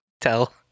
tell